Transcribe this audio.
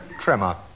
Tremor